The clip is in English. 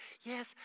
Yes